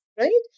right